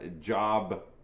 job